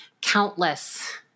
countless